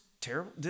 terrible